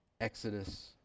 exodus